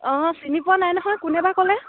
অ' চিনি পোৱা নাই নহয় কোনে বা ক'লে